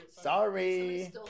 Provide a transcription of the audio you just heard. Sorry